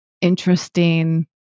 interesting